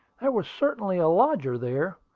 there was certainly a lodger there,